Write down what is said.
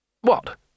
What